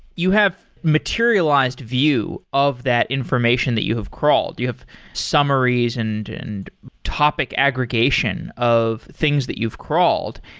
you have materialized view of that information that you have crawled. you have summaries and and topic aggregation of things that you've crawled.